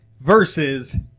versus